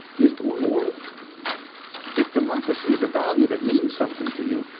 is going to work if democracy is a value that means something to you,